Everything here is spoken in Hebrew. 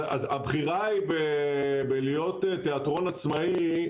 אז הבחירה בלהיות תיאטרון עצמאי,